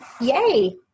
Yay